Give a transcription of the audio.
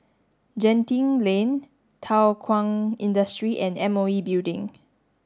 Genting Lane Thow Kwang Industry and M O E Building